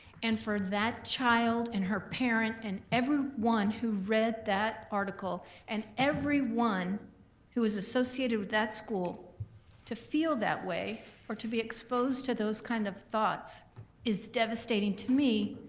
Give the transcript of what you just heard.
and for that child, and her parent, and everyone who read that article and everyone who is associated with that school to feel that way or to be exposed to those kind of thoughts is devastating to me,